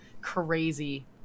crazy